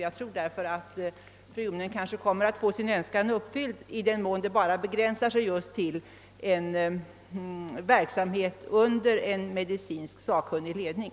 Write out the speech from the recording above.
Jag tror därför att fru Jonäng kommer att få sin önskan uppfylld i den mån den begränsar sig till en verksamhet under sakkunnig medicinsk ledning.